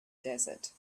desert